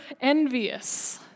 envious